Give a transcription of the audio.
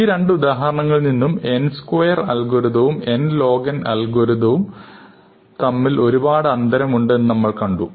ഈ രണ്ട് ഉദാഹരണങ്ങളിൽ നീന്നും n സ്ക്വയർ അൽഗോരിതവും nlogn അൽഗോരിതവും തമ്മിൽ ഒരുപാട് അന്തരമുണ്ട് എന്ന് നമ്മൾ കണ്ടു